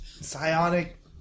psionic